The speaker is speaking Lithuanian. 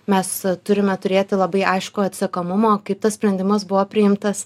mes turime turėti labai aiškų atsekamumą kaip tas sprendimas buvo priimtas